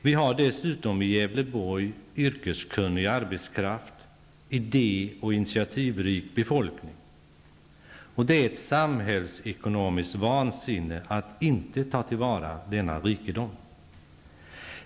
Vi har dessutom i Gävleborgs län yrkeskunnig arbetskraft och en idé och initiativrik befolkning. Det är samhällsekonomiskt vansinne att inte ta till vara denna rikedom.